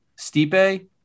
Stipe